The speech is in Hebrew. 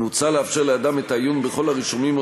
מוצע לאפשר לאדם את העיון בכל הרישומים על